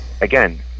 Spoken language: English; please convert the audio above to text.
again